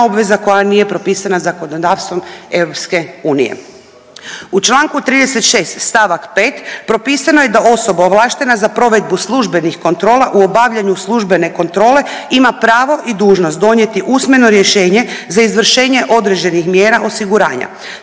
obveza koja nije propisana zakonodavstvom EU. U članku 36. stavak 5. propisano je da osoba ovlaštena za provedbu službenih kontrola u obavljanju službene kontrole ima pravo i dužnost donijeti usmeno rješenje za izvršenje određenih mjera osiguranja.